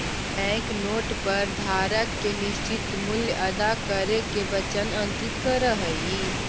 bank note पर धारक के निश्चित मूल्य अदा करे के वचन अंकित रहऽ हई